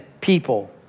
people